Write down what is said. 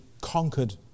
conquered